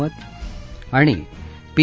मत पी